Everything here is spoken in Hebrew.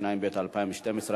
התשע"ב 2012,